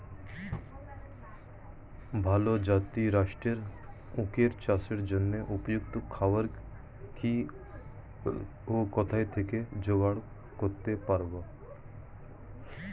ভালো জাতিরাষ্ট্রের শুকর চাষের জন্য উপযুক্ত খাবার কি ও কোথা থেকে জোগাড় করতে পারব?